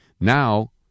Now